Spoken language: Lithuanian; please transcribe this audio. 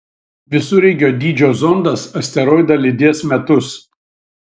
visureigio dydžio zondas asteroidą lydės metus